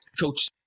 coach